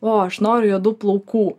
o aš noriu juodų plaukų